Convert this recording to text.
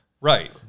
Right